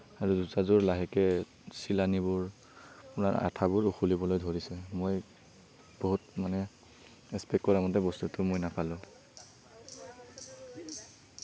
আৰু জোতাযোৰ লাহেকৈ চিলনিবোৰ আঠাবোৰ খুলিবলৈ ধৰিছে মই বহুত মানে এক্সপেক্ট কৰা মতে বস্তুটো মই নাপালোঁ